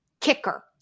kicker